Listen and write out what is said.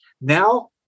Now